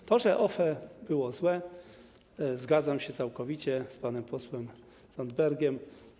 W tym, że OFE było złe, zgadzam się całkowicie z panem posłem Zandbergiem.